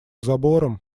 забором